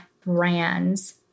brands